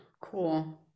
cool